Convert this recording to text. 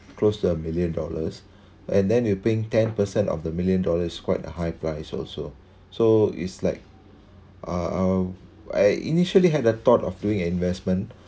close to a million dollars and then you paying ten percent of the million dollars quite a high price also so it's like uh our I initially had the thought of doing investment